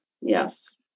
yes